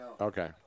Okay